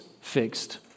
fixed